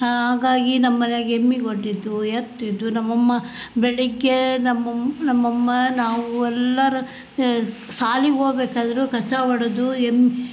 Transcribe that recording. ಹಾಗಾಗಿ ನಮ್ಮ ಮನೆಯಾಗೆ ಎಮ್ಮೆಗೊಡ್ಡಿದ್ವು ಎತ್ತಿದ್ದವು ನಮ್ಮಮ್ಮ ಬೆಳಿಗ್ಗೆ ನಮ್ಮಮ್ಮ ನಮ್ಮಮ್ಮ ನಾವು ಎಲ್ಲರು ಶಾಲಿಗ್ ಹೋಗ್ಬೇಕಾದ್ರು ಕಸ ಹೊಡ್ದು ಎಮ್ಮೆ